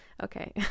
Okay